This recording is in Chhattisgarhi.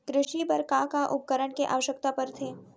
कृषि करे बर का का उपकरण के आवश्यकता परथे?